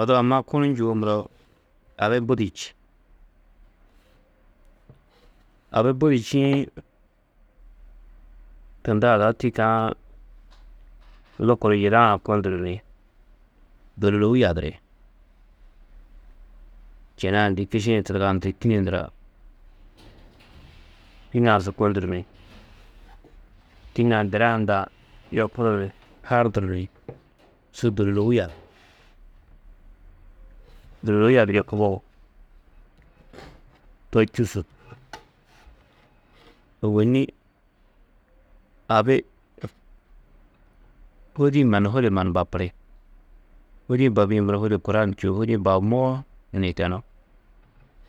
Odu amma kunu njûwo muro, abi budi čî. Abi budi čîĩ, tunda ada tîyikã, lukuru yida-ã kônduru ni dôlolou yadiri, čêne-ã dî kiši-ĩ tidigandî, tînne ndura. Tînne-ã su kônduru ni, tînne-ã dira hundã yopuru ni harnduru ni su dôlolou yadiri. ̧dôlolou yadirîe kubogo, to čûsu, ôwonni abi, hôdi-ĩ mannu hôde mannu bapiri. Hôdi-ĩ babîe muro hôde kura ni čûo, hôdi-ĩ babumoó nihikenú.